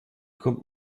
kommt